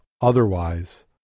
otherwise